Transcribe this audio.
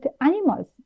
animals